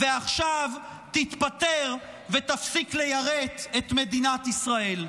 ועכשיו תתפטר ותפסיק ליירט את מדינת ישראל.